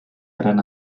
gran